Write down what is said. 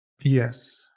Yes